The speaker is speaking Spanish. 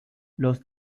los